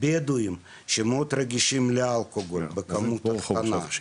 בדואים שמאוד רגישים לאלכוהול בכמות קטנה.